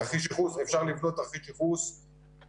תרחיש ייחוס אפשר לבנות תרחיש ייחוס שבונים